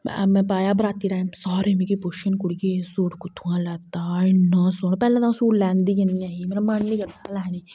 में पाया बराती टाइम सारे मिगी पुच्छन कुडिये सूट कुत्थुआं लैता हाए इन्ना सोह्ना तां गै में सूट लैंदी गै नेईं ऐ ही तां गै मन नेईं करदा हा लैने गी